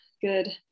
Good